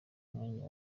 mwanya